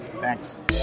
Thanks